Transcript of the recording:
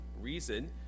reason